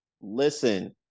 Listen